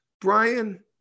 Brian